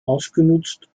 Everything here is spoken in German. ausgenutzt